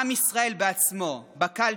עם ישראל בעצמו, בקלפי.